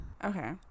okay